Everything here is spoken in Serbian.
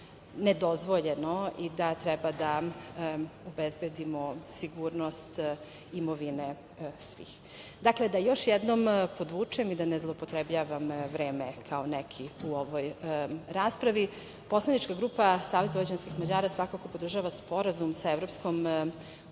nedozvoljeno i da treba da obezbedimo sigurnost imovine svih. Dakle, da još jednom podvučem i da ne zloupotrebljavam vreme, kao neki, u ovoj raspravi. Poslanička grupa SVM svakako podržava Sporazum sa EU koji